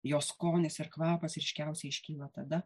jos skonis ir kvapas ryškiausiai iškyla tada